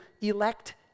elect